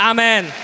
Amen